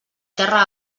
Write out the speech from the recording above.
terra